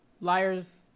Liars